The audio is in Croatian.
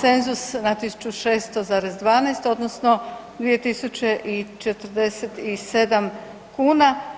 cenzus na 1600,12 odnosno 2047 kuna.